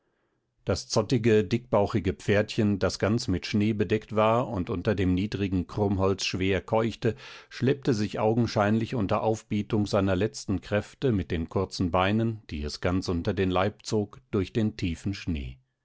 das zottige dickbauchige pferdchen das ganz mit schnee bedeckt war und unter dem niedrigen krummholz schwer keuchte schleppte sich augenscheinlich unter aufbietung seiner letzten kräfte mit den kurzen beinen die es ganz unter den leib zog durch den tiefen schnee